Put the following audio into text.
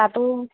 তাতো